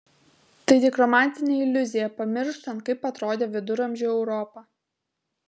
tai tik romantinė iliuzija pamirštant kaip atrodė viduramžių europa